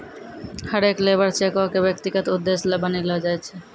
हरेक लेबर चेको क व्यक्तिगत उद्देश्य ल बनैलो जाय छै